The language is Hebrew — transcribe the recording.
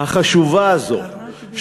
החשובה הזאת,